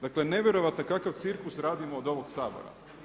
Dakle nevjerojatno je kakav cirkus radimo od ovog Sabora.